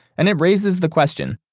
and it raises the question,